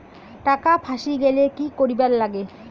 টাকা ফাঁসি গেলে কি করিবার লাগে?